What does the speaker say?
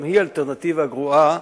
גם היא אלטרנטיבה גרועה,